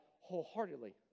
wholeheartedly